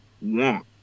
want